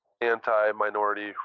anti-minority